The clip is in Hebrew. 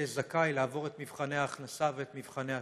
זכאי לעבור את מבחני ההכנסה ואת מבחני התלות,